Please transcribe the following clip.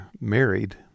married